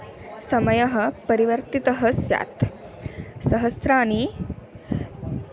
समयः परिवर्तितः स्यात् सहस्राणि